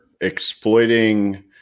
exploiting